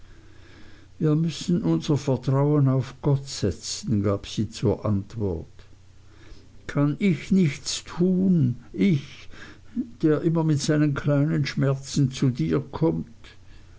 wir müssen unser vertrauen auf gott setzen gab sie zur antwort kann ich nichts tun ich der immer mit seinen kleinen schmerzen zu dir kommt